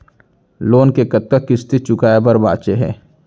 Loan के कतना किस्ती चुकाए बर बांचे हे?